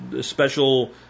special